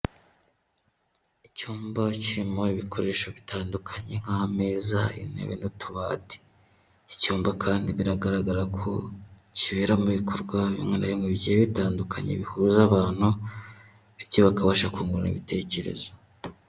Icyumba kirimo ibikoresho bitandukanye, nk'ameza, intebe n'utubati, icyumba kandi biragaragara ko kiberamo ibikorwa bimwe na bimwe bigiye bitandukanye bihuza abantu, bityo bakabasha kungurana ibitekerezo.